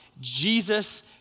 Jesus